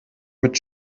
mit